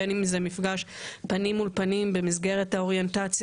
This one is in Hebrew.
בין אם זה מפגש פנים מול פנים במסגרת האוריינטציה